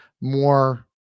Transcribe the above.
more